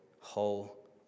whole